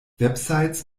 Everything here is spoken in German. websites